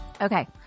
Okay